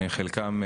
חלקם,